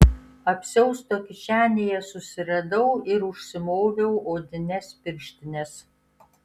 apsiausto kišenėje susiradau ir užsimoviau odines pirštines